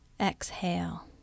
Exhale